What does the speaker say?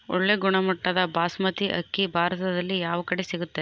ಒಳ್ಳೆ ಗುಣಮಟ್ಟದ ಬಾಸ್ಮತಿ ಅಕ್ಕಿ ಭಾರತದಲ್ಲಿ ಯಾವ ಕಡೆ ಸಿಗುತ್ತದೆ?